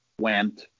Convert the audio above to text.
went